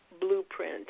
blueprint